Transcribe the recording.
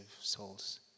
souls